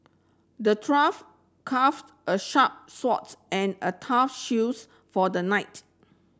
the dwarf carved a sharp swords and a tough shields for the knight